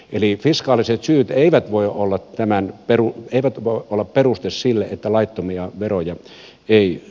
eli fiskaaliset syyt eivät voi olla peruste sille että laittomia veroja ei palauteta